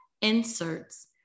inserts